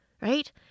right